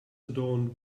adorned